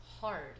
hard